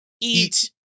eat